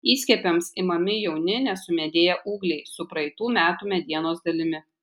įskiepiams imami jauni nesumedėję ūgliai su praeitų metų medienos dalimi